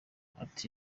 ati